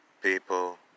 People